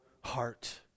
heart